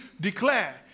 declare